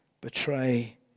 betray